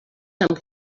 amb